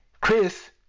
Chris